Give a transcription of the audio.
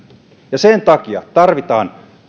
ja sen takia tarvitaan